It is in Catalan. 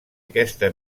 aquesta